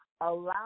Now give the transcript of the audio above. allow